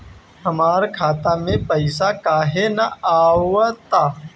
हमरा खाता में पइसा काहे ना आव ता?